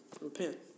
Repent